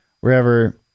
wherever